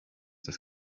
das